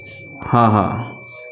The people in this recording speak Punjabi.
ਹਾਂ ਹਾਂ